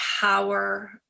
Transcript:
power